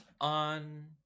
on